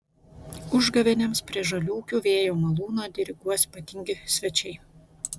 užgavėnėms prie žaliūkių vėjo malūno diriguos ypatingi svečiai